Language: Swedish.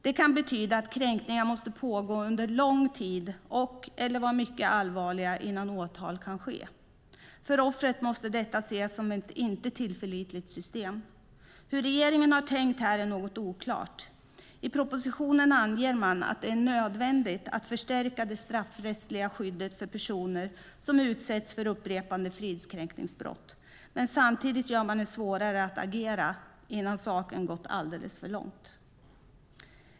Det kan betyda att kränkningar måste pågå under lång tid och/eller vara mycket allvarliga innan åtal kan ske. För offret måste detta ses som ett inte tillförlitligt system. Det är något oklart hur regeringen har tänkt här. I propositionen anger man att det är nödvändigt att förstärka det straffrättsliga skyddet för personer som utsätts för upprepade fridskränkningsbrott. Samtidigt gör man det svårare att agera innan saken har gått alldeles för långt.